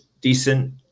decent